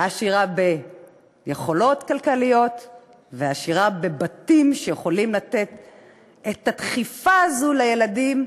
עשירה ביכולות כלכליות ועשירה בבתים שיכולים לתת את הדחיפה הזאת לילדים,